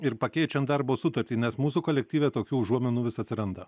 ir pakeičiant darbo sutartį nes mūsų kolektyve tokių užuominų vis atsiranda